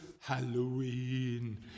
Halloween